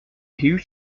huge